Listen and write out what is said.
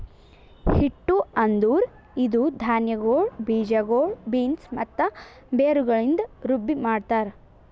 ಹಿಟ್ಟು ಅಂದುರ್ ಇದು ಧಾನ್ಯಗೊಳ್, ಬೀಜಗೊಳ್, ಬೀನ್ಸ್ ಮತ್ತ ಬೇರುಗೊಳಿಂದ್ ರುಬ್ಬಿ ಮಾಡ್ತಾರ್